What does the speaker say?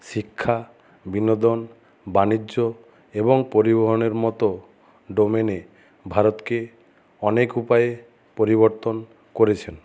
শিক্ষা বিনোদন বাণিজ্য এবং পরিবহনের মতো ডোমেনে ভারতকে অনেক উপায়ে পরিবর্তন করেছেন